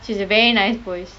she has a very nice voice